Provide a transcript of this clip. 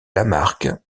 lamarque